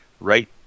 right